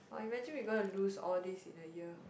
!woah! imagine we're gonna lose all these in a year